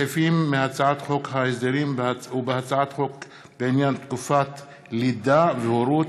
בסעיפים מהצעת חוק ההסדרים ובהצעות חוק בעניין תקופת לידה והורות,